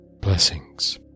Blessings